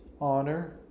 honor